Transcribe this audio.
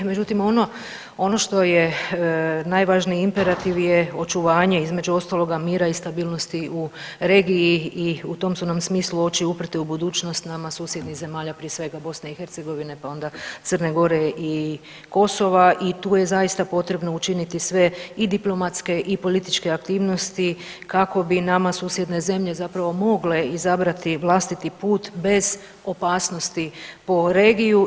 Međutim, ono što je najvažniji imperativ je očuvanje između ostaloga mira i stabilnosti u regiji i u tom su nam smislu oči uprte u budućnost nama susjednih zemalja, prije svega Bosne i Hercegovine, pa onda Crne Gore i Kosova i tu je zaista potrebno učiniti sve i diplomatske i političke aktivnosti kako bi nama susjedne zemlje zapravo mogle izabrati vlastiti put bez opasnost po regiju.